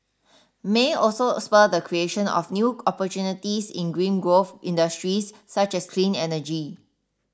may also spur the creation of new opportunities in green growth industries such as clean energy